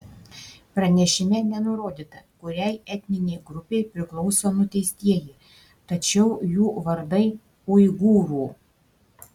pranešime nenurodyta kuriai etninei grupei priklauso nuteistieji tačiau jų vardai uigūrų